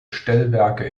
stellwerke